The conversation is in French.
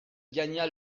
gagna